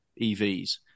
evs